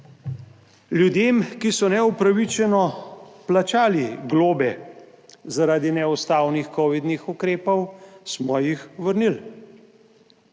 Ljudem, ki so neupravičeno plačali globe zaradi neustavnih covidnih ukrepov, smo jih vrnili.